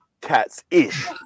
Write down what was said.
cats-ish